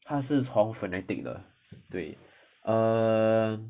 他是从 fnatic 的对 err